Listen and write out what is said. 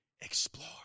explore